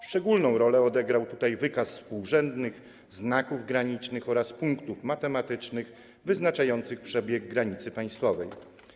Szczególną rolę odegrał tutaj wykaz współrzędnych znaków granicznych oraz punktów matematycznych wyznaczających przebieg granicy państwowej.